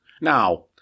Now